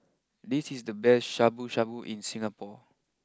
this is the best Shabu Shabu in Singapore